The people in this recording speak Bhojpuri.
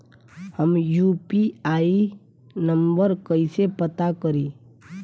हम यू.पी.आई नंबर कइसे पता करी?